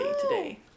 today